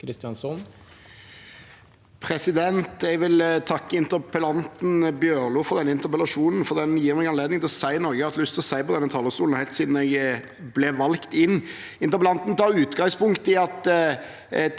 Kristjánsson (R) Jeg vil takke in- terpellant Bjørlo for denne interpellasjonen, for den gir meg anledning til å si noe jeg har hatt lyst til å si på denne talerstolen helt siden jeg ble valgt inn. Interpellanten tar utgangspunkt i at